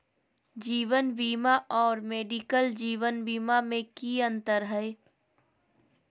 जीवन बीमा और मेडिकल जीवन बीमा में की अंतर है?